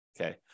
Okay